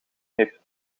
heeft